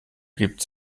gibt